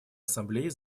ассамблеи